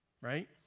Right